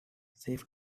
safe